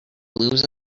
blues